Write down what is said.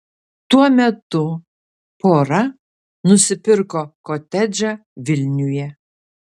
tuo metu pora nusipirko kotedžą vilniuje